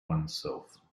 oneself